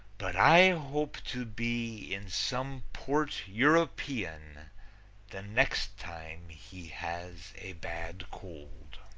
but i hope to be in some port european the next time he has a bad cold.